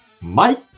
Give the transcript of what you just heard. Mike